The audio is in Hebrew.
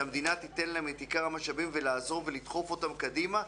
שהמדינה תיתן להן את עיקר המשאבים ולעזור ולדחוף אותן קדימה,